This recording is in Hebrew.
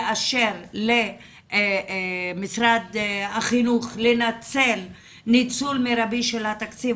לאשר למשרד החינוך לנצל ניצול מרבי של התקציב,